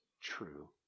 true